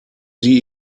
sie